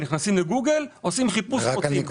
נכנסים ל-גוגל, עושים חיפוש ומוצאים.